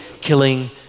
killing